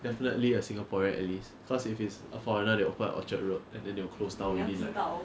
definitely a singaporean at least because if it's a foreigner they'll open at orchard road and then they will close down within like